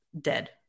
dead